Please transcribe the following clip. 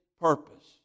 purpose